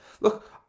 look